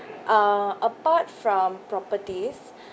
uh apart from properties